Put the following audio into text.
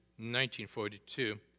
1942